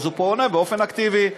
אז הוא פונה באופן אקטיבי,